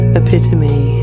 epitome